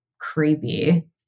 creepy